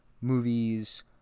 movies